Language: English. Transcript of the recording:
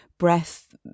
breath